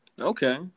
Okay